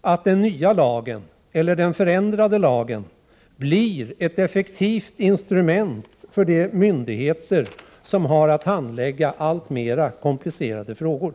att den nya lagen eller den ändrade lagen blir ett effektivt instrument för de myndigheter som har att handlägga alltmer komplicerade frågor.